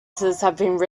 sentences